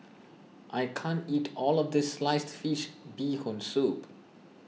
I can't eat all of this Sliced Fish Bee Hoon Soup